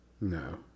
No